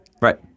right